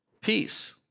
peace